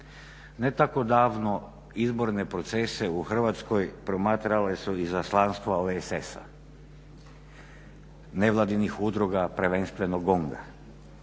Ne tako davno izborne procese u Hrvatskoj promatrale su izaslanstva OESS-a, nevladinih udruga prvenstveno GONG-a.